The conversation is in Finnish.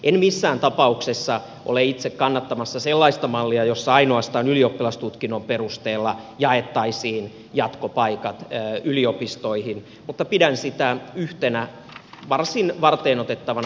en missään tapauksessa ole itse kannattamassa sellaista mallia jossa ainoastaan ylioppilastutkinnon perusteella jaettaisiin jatkopaikat yliopistoihin mutta pidän sitä yhtenä varsin varteenotettavana vaihtoehtona